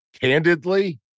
candidly